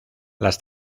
las